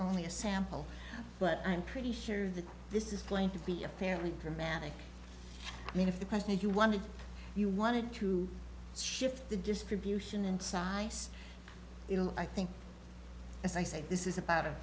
only a sample but i'm pretty sure that this is going to be a fairly dramatic i mean if the question if you wanted you wanted to shift the distribution in size i think as i said this is about